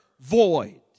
void